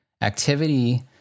activity